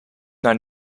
naar